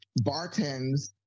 bartends